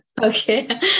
Okay